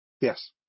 Yes